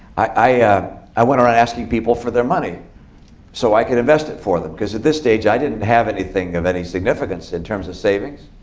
i i went around asking people for their money so i could invest it for them. because at this stage, i didn't have anything of any significance in terms of savings.